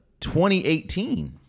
2018